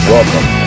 Welcome